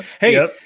Hey